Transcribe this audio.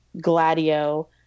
Gladio